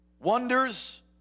wonders